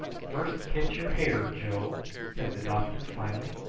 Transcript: first catch your hare, joe! said the doctor finally.